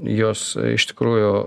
jos iš tikrųjų